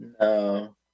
No